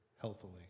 healthily